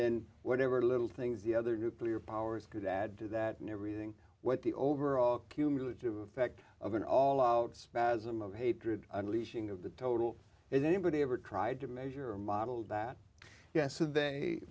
then whatever little things the other nuclear powers could add to that and everything what the overall cumulative effect of an all out spasm of hatred unleashing of the total if anybody ever tried to measure a model that yes